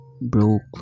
broke